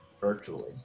virtually